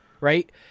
right